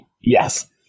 Yes